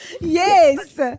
Yes